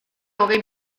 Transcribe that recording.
hogei